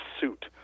suit